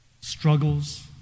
struggles